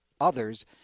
others